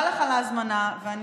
אני מודה לך על ההזמנה, ואני